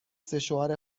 سشوار